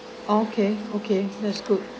okay okay that's good